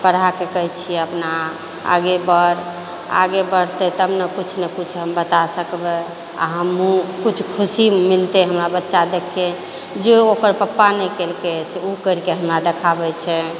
आ पढ़ाके कहै छियै अपना आगे बढ़ आगे बढ़तै तब ने कुछ नहि कुछ हम बता सकबै आ हमहूँ किछु खुशी मिलतै हमरा बच्चा देखिके जे ओकर पप्पा नहि केलकै से ओ करिके हमरा देखाबय छै